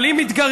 אבל אם מתגרים,